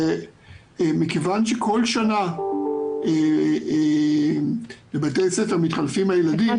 מכיוון שבכל שנה בבתי ספר מתחלפים הילדים,